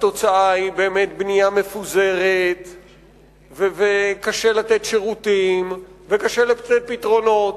התוצאה היא באמת בנייה מפוזרת וקשה לתת שירותים וקשה לתת פתרונות.